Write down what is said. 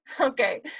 Okay